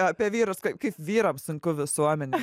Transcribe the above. apie vyrus kaip kaip vyrams sunku visuomenėj